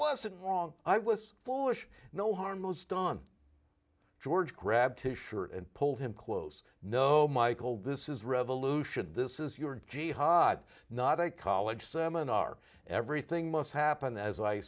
wasn't wrong i was foolish no harm was done george grabbed his shirt and pulled him close no michael this is revolution this is your jihad not a college seminar everything must happen as i